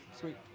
Sweet